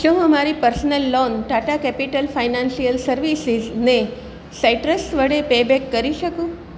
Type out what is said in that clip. શું હું મારી personal loan Tata capital financial services ને સાઇટ્રસ વડે પે બેક કરી શકું